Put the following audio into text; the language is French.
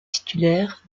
titulaire